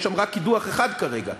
יש שם רק קידוח אחד כרגע,